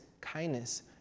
kindness